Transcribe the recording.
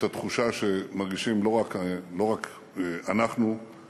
את התחושה שמרגישים לא רק אנחנו בממשלה,